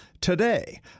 today